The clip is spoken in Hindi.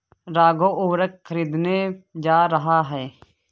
राघव उर्वरक खरीदने जा रहा है